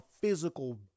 physical